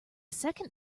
second